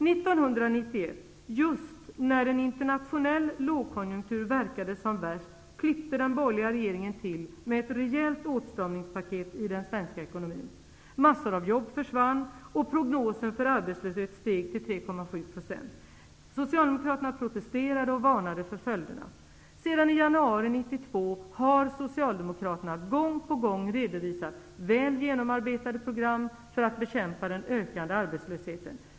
År 1991 -- just när en internationell lågkonjunktur verkade som värst -- klippte den borgerliga regeringen till med ett rejält åtstramningspaket i den svenska ekonomin. Massor av jobb försvann, och prognosen för arbetslöshet steg till 3,7 %. Socialdemokraterna protesterade och varnade för följderna. Sedan i januari 1992 har socialdemokraterna gång på gång redovisat väl genomarbetade program för att bekämpa den ökande arbetslösheten.